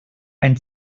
ein